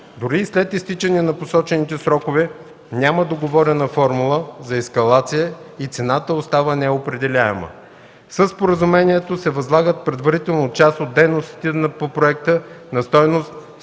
Дори и след изтичане на посочените срокове, няма договорена формула за ескалация и цената остава неопределяема. Със споразумението се възлагат предварително част от дейностите по проекта на стойност